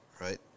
right